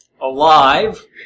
alive